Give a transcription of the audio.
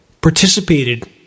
participated